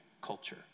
culture